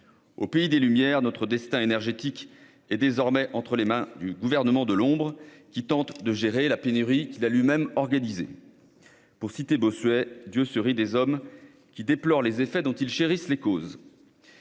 Au pays des Lumières, notre destin énergétique est désormais entre les mains du gouvernement de l'ombre, qui tente de gérer la pénurie qu'il a lui-même organisée. Pour citer Bossuet, « Dieu se rit des hommes qui déplorent les effets dont ils chérissent les causes